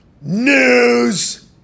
news